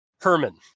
Herman